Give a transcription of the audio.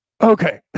Okay